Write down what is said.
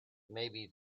maybe